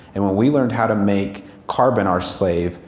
and when we learned how to make carbon our slave,